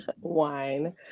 Wine